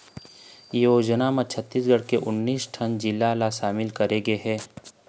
ए योजना म छत्तीसगढ़ के उन्नीस ठन जिला ल सामिल करे गे हे